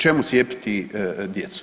Čemu cijepiti djecu?